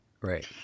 Right